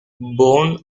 bone